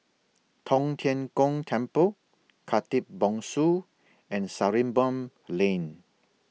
Tong Tien Kung Temple Khatib Bongsu and Sarimbun Lane